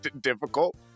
difficult